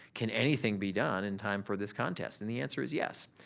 can anything be done in time for this contest? and the answer is yes.